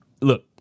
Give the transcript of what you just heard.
look